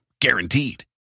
Guaranteed